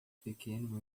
pequeno